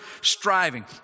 striving